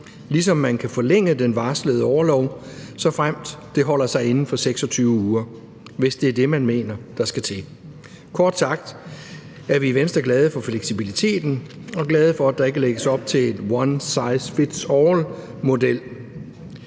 ligesom man kan forlænge den varslede orlov, såfremt det holder sig inden for 26 uger, hvis det er det, man mener der skal til. Kort sagt er vi i Venstre glade for fleksibiliteten og glade for, at der ikke lægges op til en one size fits all-model.